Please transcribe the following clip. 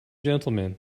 gentlemen